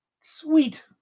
sweet